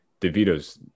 devito's